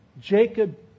Jacob